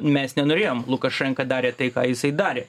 mes nenorėjom lukašenka darė tai ką jisai darė